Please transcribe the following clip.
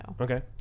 Okay